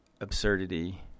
absurdity